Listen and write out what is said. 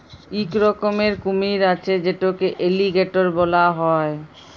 ইক রকমের কুমির আছে যেটকে এলিগ্যাটর ব্যলা হ্যয়